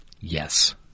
Yes